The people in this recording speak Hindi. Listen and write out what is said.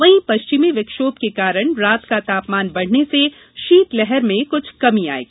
वहीं पश्चिमी विक्षोभ के कारण रात्रि का तापमान बढ़ने से शीतलहर में कुछ कमी आयेगी